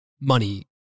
money